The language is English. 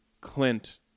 Clint